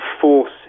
force